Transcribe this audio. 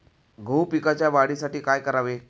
गहू पिकाच्या वाढीसाठी काय करावे?